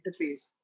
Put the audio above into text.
interface